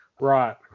Right